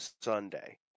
Sunday